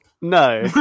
No